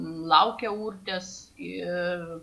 laukia urtės ir